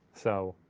so.